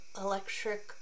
electric